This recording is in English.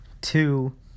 Two